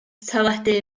teledu